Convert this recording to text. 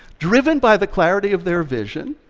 driven by the clarity of their vision,